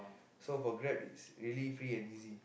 so for Grab is really free and easy